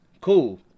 cool